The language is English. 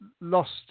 lost